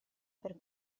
per